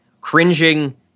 cringing